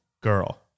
girl